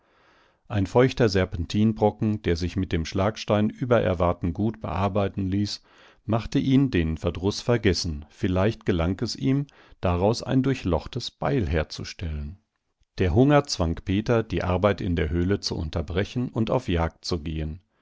ein feuchter serpentinbrocken der sich mit dem schlagstein über erwarten gut bearbeiten ließ machte ihn den verdruß vergessen vielleicht gelang es ihm daraus ein durchlochtes beil herzustellen der hunger zwang peter die arbeit in der höhle zu unterbrechen und auf jagd zu gehen